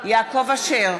יעקב אשר,